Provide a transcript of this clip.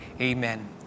Amen